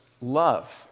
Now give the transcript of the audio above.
love